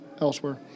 elsewhere